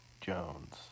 Jones